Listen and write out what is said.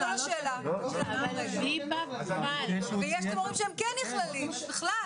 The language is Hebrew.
יש דברים שכן נכללים.